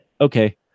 okay